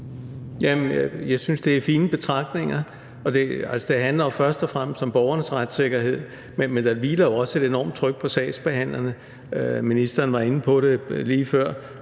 Jeg synes, det er fine betragtninger. Det handler jo først og fremmest om borgernes retssikkerhed, men der hviler også et enormt tryk på sagsbehandlerne – ministeren var inde på det lige før: